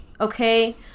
okay